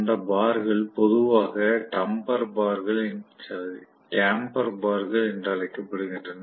அந்த பார்கள் பொதுவாக டம்பர் பார்கள் என்று அழைக்கப்படுகின்றன